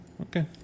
Okay